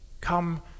come